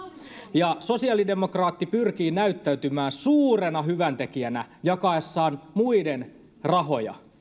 ja sosiaalidemokraatti pyrkii näyttäytymään suurena hyväntekijänä jakaessaan muiden rahoja